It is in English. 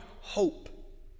hope